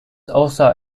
also